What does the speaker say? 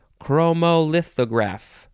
chromolithograph